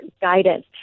guidance